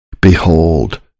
Behold